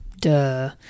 Duh